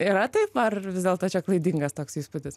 yra tai ar vis dėlto čia klaidingas toks įspūdis